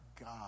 God